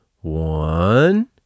one